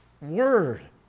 word